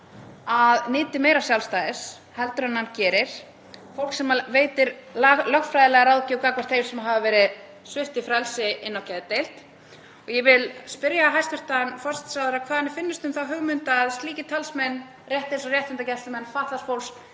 að nyti meira sjálfstæðis heldur en hann gerir, fólk sem veitir lögfræðilega ráðgjöf gagnvart þeim sem hafa verið sviptir frelsi inn á geðdeild. Ég vil spyrja hæstv. forsætisráðherra hvað henni finnist um þá hugmynd að slíkir talsmenn, rétt eins og réttindagæslumenn fatlaðs fólks,